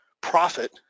profit